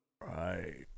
Right